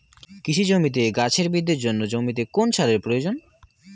কৃষি জমিতে গাছের বৃদ্ধির জন্য জমিতে কোন সারের প্রয়োজন?